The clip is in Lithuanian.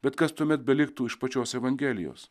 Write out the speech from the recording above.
bet kas tuomet beliktų iš pačios evangelijos